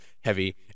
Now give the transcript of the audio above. heavy